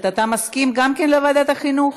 גם אתה מסכים לוועדת החינוך?